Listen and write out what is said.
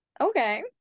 Okay